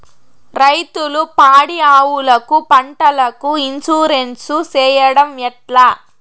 రైతులు పాడి ఆవులకు, పంటలకు, ఇన్సూరెన్సు సేయడం ఎట్లా?